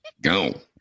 Go